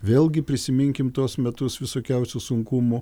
vėlgi prisiminkim tuos metus visokiausių sunkumų